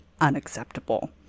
unacceptable